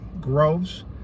groves